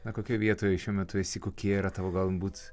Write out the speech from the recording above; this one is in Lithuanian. na kokioj vietoj šiuo metu esi kokie yra tavo galbūt